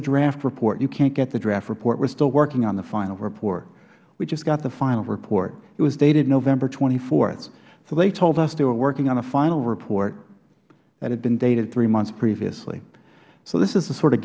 a draft report you can't get the draft report we are still working on the final report we just got the final report it was dated november twenty four they told us they were working on a final report that had been dated three months previously this is the sort of